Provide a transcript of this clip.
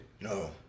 No